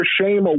shame